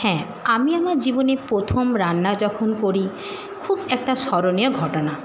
হ্যাঁ আমি আমার জীবনে প্রথম রান্না যখন করি খুব একটা স্মরণীয় ঘটনা